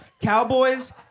Cowboys